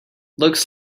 looks